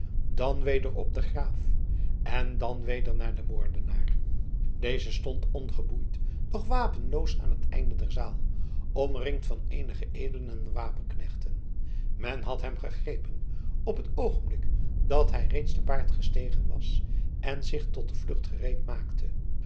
dan weder op den graaf en dan weder naar den moordenaar deze stond ongeboeid doch wapenloos aan het einde der zaal omringd van eenige edelen en wapenknechten men had hem gegrepen op het oogenblik dat hij reeds te paard gestegen was en zich tot de vlucht gereedmaakte